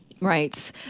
Right